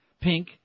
Pink